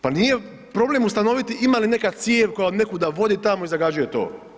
Pa nije problem ustanoviti ima li neka cijev koja nekuda vodi tamo i zagađuje to.